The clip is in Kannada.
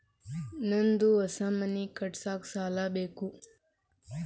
ನಂದು ಹೊಸ ಮನಿ ಕಟ್ಸಾಕ್ ಸಾಲ ಬೇಕು